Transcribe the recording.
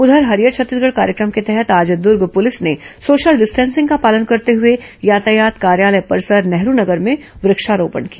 उधर हरियर छत्तीसगढ़ कार्यक्रम के तहत आज दुर्ग प्रलिस ने सोशल डिस्टेंसिंग का पालन करते हुए यातायात कार्यालय परिसर नेहरू नगर में वृक्षारोपण किया